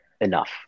enough